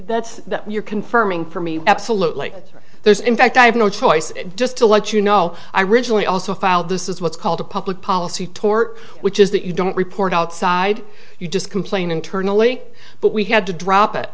that you're confirming for me absolutely there's in fact i have no choice just to let you know i originally also filed this is what's called a public policy tort which is that you don't report outside you just complain internally but we had to drop it